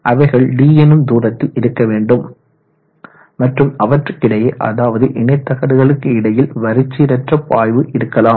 அவைகள் d எனும் தூரத்தில் இருக்க வேண்டும் மற்றும் அவற்றுக்கிடையே அதாவது இணைத்தகடுகளுக்கு இடையில் வரிச்சீரற்ற பாய்வு இருக்கலாம்